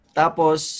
tapos